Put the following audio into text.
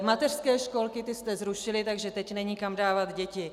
Mateřské školky jste zrušili, takže teď není kam dávat děti.